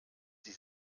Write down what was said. sie